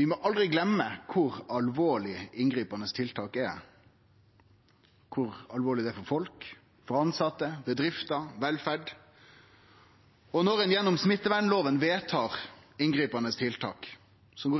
Vi må aldri gløyme kor alvorleg inngripande tiltak er, kor alvorleg det er for folk, for tilsette, for bedrifter og for velferd. Når ein gjennom smittevernloven vedtar inngripande tiltak som